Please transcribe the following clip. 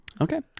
Okay